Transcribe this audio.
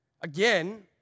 Again